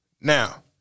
Now